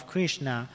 Krishna